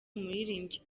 umuririmbyi